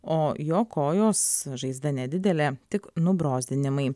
o jo kojos žaizda nedidelė tik nubrozdinimai